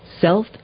self